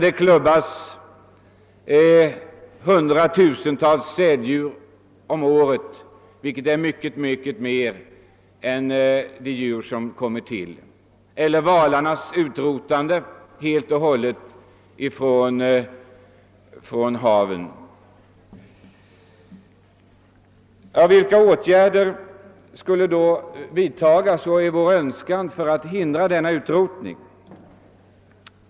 De klubbas ihjäl i hundratusental varje år, och det är mycket mer än återväxten. Eller vi kan tänka på den utrotning av val som nu pågår. Vilka åtgärder önskar vi då skall vidtagas för att förhindra den utrotning som pågår?